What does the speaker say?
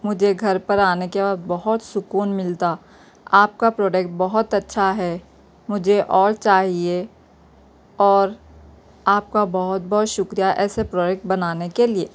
مجھے گھر پر آنے کے بعد بہت سکون ملتا آپ کا پروڈکٹ بہت اچھا ہے مجھے اور چاہیے اور آپ کا بہت بہت شکریہ ایسے پروڈکٹ بنانے کے لیے